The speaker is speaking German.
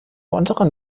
unteren